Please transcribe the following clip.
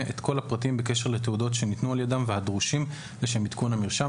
את כל הפרטים בקשר לתעודות שניתנו על ידם והדרושים לשם עדכון המרשם,